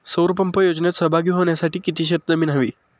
सौर पंप योजनेत सहभागी होण्यासाठी किती शेत जमीन हवी?